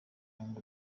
ngo